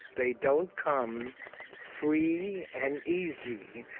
they don't come free and easy.